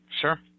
Sure